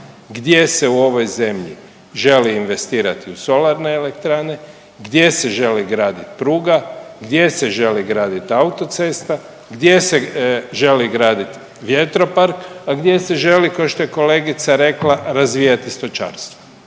gdje se u ovoj zemlji želi investirati u solarne elektrane, gdje se želi gradit pruga, gdje se želi gradit autocesta, gdje se želi gradit vjetropark, a gdje se želi ko što je kolegica rekla razvijati stočarstvo,